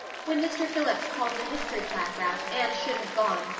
when mr. phillips called the history class out anne should have gone,